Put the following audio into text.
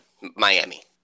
Miami